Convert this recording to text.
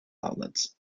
outlets